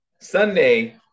Sunday